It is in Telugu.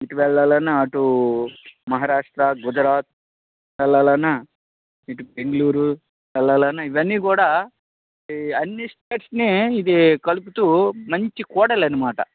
ఇటు వెళ్లాలన్న అటు మహారాష్ట్ర గుజరాత్ వెళ్లాలన్న ఇటు బెంగుళూరు వెళ్లాలన్నా ఇవన్నీ కూడా ఈ అన్ని స్టేట్స్ ని ఇది కలుపుతూ మంచి కూడలి అనమాట